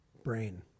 Brain